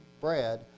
bread